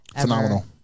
Phenomenal